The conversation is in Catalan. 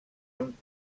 amb